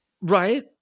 Right